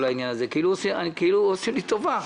כאילו עושים לי טובה.